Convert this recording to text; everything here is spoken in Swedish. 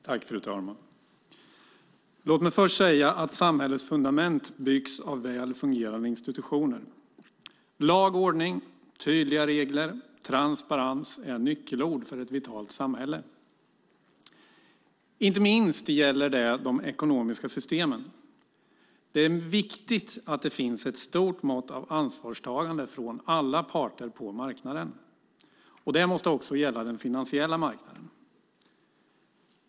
Fru talman! Låt mig först säga att samhällets fundament byggs av väl fungerande institutioner. Lag och ordning, tydliga regler och transparens är nyckelord för ett vitalt samhälle. Inte minst gäller detta de ekonomiska systemen. Det är viktigt att det finns ett stort mått av ansvarstagande från alla parter på marknaden. Det måste också gälla den finansiella marknaden.